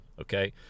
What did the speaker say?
okay